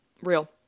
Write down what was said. Real